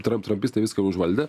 tram trampistai viską užvaldę